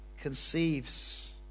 conceives